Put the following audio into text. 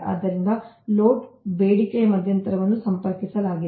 ಆದ್ದರಿಂದ ಲೋಡ್ ಬೇಡಿಕೆ ಮಧ್ಯಂತರವನ್ನು ಸಂಪರ್ಕಿಸಲಾಗಿದೆ